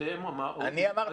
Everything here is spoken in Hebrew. אתם אמרתם --- אני אמרתי?